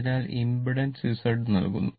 അതിനാൽ impedance Z ആകും